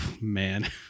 Man